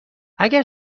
اگر